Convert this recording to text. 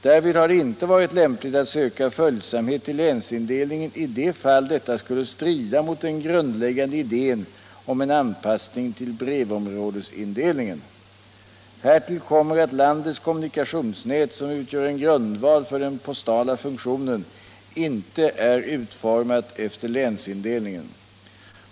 Därvid har det inte varit lämpligt att söka följsamhet till länsindelningen i de fall detta skulle strida mot den grundläggande idén om en anpassning till brevområdesindelningen. Härtill kommer att landets kommunika tionsnät som utgör en grundval för den postala produktionen inte är utformat efter länsindelningen.